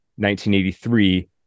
1983